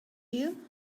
you